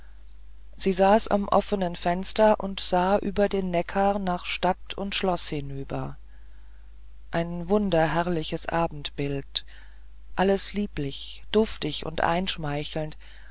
sie saß am offenen fenster und sah über den neckar nach stadt und schloß hinüber ein wunderherrliches abendbild alles lieblich duftig und einschmeichelnd